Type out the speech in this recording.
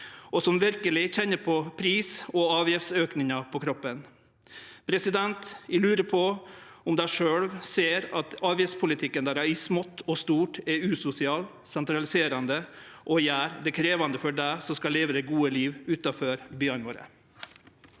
og som verkeleg kjenner pris- og avgiftsaukane på kroppen. Eg lurer på om dei sjølve ser at avgiftspolitikken deira i smått og stort er usosial, sentraliserande og gjer det krevjande for dei som skal leve det gode liv utanfor byane våre.